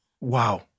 wow